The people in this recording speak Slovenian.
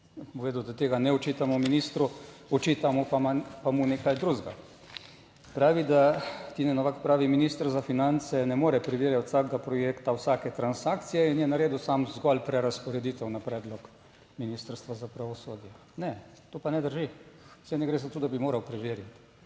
povedal, da tega ne očitamo ministru, očitamu pa mu nekaj drugega. Pravi, da, Tine Novak pravi: minister za finance ne more preverjati vsakega projekta, vsake transakcije in je naredil sam zgolj prerazporeditev na predlog Ministrstva za pravosodje. Ne, to pa ne drži. Saj ne gre za to, da bi moral preveriti.